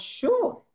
sure